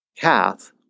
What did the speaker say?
cath